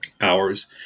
hours